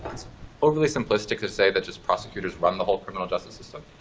ah it's overly simplistic to say that just prosecutors run the whole criminal justice system,